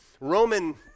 roman